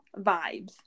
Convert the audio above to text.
vibes